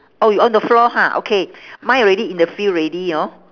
oh you on the floor ha okay mine already in the field already hor